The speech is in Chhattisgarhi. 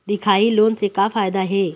दिखाही लोन से का फायदा हे?